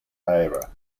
era